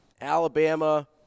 Alabama